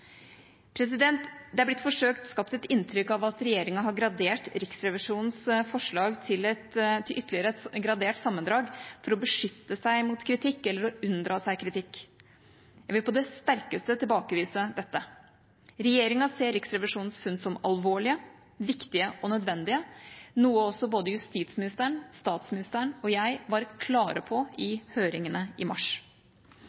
Det er blitt forsøkt skapt et inntrykk av at regjeringa har gradert Riksrevisjonens forslag til ytterligere et gradert sammendrag for å beskytte seg mot kritikk eller å unndra seg kritikk. Jeg vil på det sterkeste tilbakevise dette. Regjeringa ser Riksrevisjonens funn som alvorlige, viktige og nødvendige, noe både justisministeren, statsministeren og jeg var klare på i